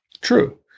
True